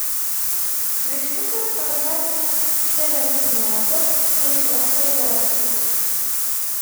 viščiukas pažadina selezniovo medžioklio uoslę